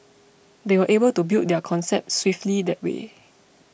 they were able to build their concept swiftly that way